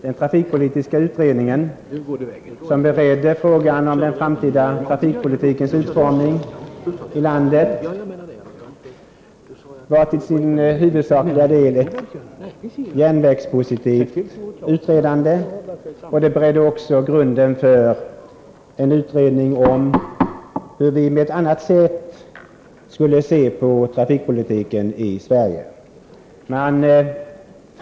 Den trafikpolitiska utredning som beredde frågan om den framtida trafikpolitikens utformning i landet var till sin huvudsakliga del ett järnvägspositivt utredande. Den beredde också grunden för en utredning om hur vi skulle se på trafikpolitiken i Sverige på ett annat sätt.